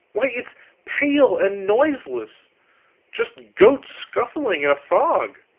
why, it's pale and noiseless just ghosts scuffling in a fog.